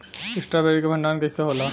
Strawberry के भंडारन कइसे होला?